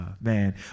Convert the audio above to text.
man